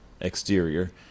exterior